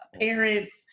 parents